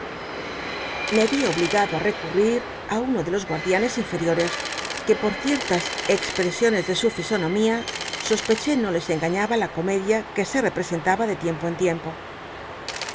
me yi obligado i recurrir á uno de los guardianes inferiores que por ciertas expresiones de su fisonomía sospeché no les engañaba la comedia que se represen taba de tiempo en tiempo